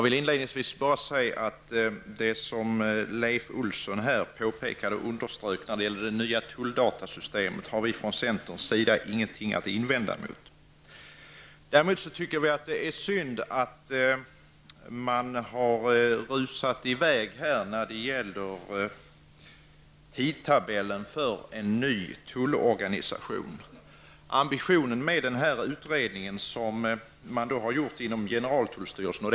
Inledningsvis vill jag säga att det som Leif Olsson underströk beträffande det nya tulldatasystemet har vi från centerns sida inget att invända emot. Däremot tycker vi att det är synd att man har rusat i väg i vad gäller tidtabellen för ny tullorganisation. Generaltullstyrelsen har gjort en utredning.